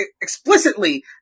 explicitly